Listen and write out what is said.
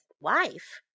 wife